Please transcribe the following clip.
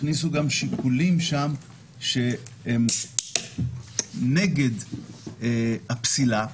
הכניסו שם גם שיקולים שהם נגד הפסילה,